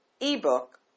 ebook